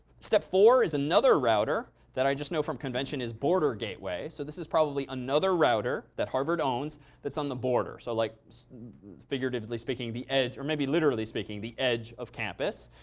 step four is another router that i just know from convention is border gateway. so this is probably another router that harvard owns that's on the border. so like figuratively speaking, the edge, or maybe literally speaking, the edge of campus.